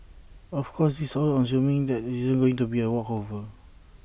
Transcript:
of course this is all assuming there isn't going to be A walkover